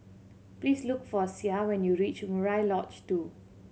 please look for Sie when you reach Murai Lodge Two